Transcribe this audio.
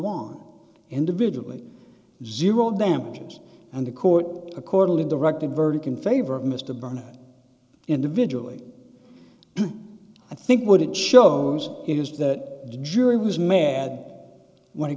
one individual with zero damages and the court accordingly directed verdict in favor of mr burnet individually i think what it shows is that the jury was mare when it